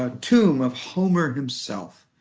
ah tomb of homer himself,